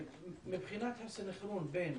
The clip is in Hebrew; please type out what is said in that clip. מבחינת הסנכרון בין